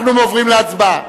אנחנו עוברים להצבעה.